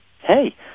hey